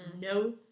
no